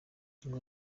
ngo